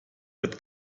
wird